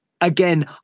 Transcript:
again